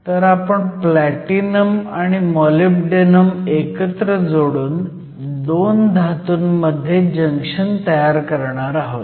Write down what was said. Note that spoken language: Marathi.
तर आपण प्लॅटिनम आणि मॉलिब्डेनम एकत्र जोडून 2 धातूंमध्ये जंक्शन तयार करणार आहोत